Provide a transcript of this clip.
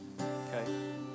Okay